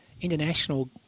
international